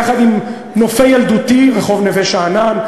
יחד עם נופי ילדותי: רחוב נווה-שאנן,